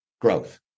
growth